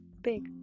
big